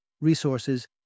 resources